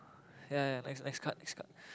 ya ya next next card next card